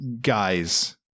guys